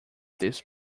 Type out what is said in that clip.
this